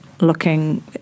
looking